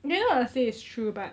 okay not what I say is true but